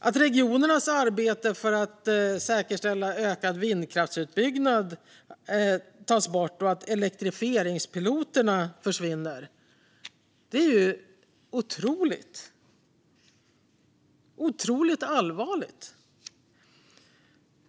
Att regionernas arbete för att säkerställa ökad vindkraftsutbyggnad tas bort och elektrifieringspiloterna försvinner är otroligt allvarligt.